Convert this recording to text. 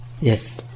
Yes